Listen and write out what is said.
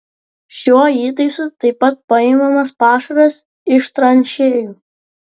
šiuo įtaisu taip pat paimamas pašaras iš tranšėjų